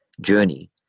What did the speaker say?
journey